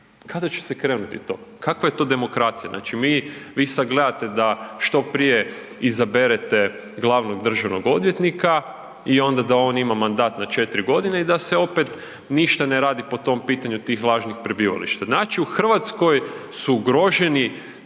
Kada će se krenuti to? Kakva je to demokracija? Znači mi, vi sad gledate da što prije izaberete glavnog državnog odvjetnika i onda da on ima mandat na 4 godine i da se opet ništa ne radi po tom pitanju tih lažnih prebivališta. Znači u Hrvatskoj su ugroženi